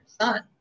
son